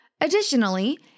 Additionally